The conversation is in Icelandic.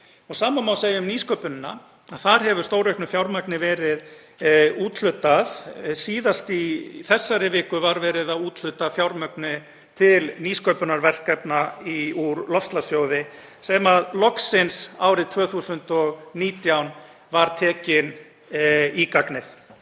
Sama má segja um nýsköpunina. Þar hefur stórauknu fjármagni verið úthlutað. Síðast í þessari viku var verið að úthluta fjármagni til nýsköpunarverkefna úr loftslagssjóði sem var loksins árið 2019 tekinn í gagnið.